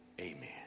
amen